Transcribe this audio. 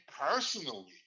personally